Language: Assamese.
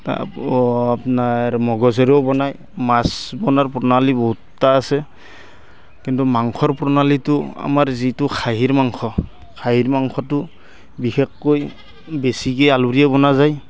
তাৰ আপোনাৰ মগজেৰেও বনায় মাছ বনাৰ প্ৰণালী বহুতটা আছে কিন্তু মাংসৰ প্ৰণালীটো আমাৰ যিটো খাহীৰ মাংস খাহীৰ মাংসটো বিশেষকৈ বেছিকৈ আলুৰেই বনা যায়